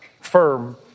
firm